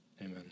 Amen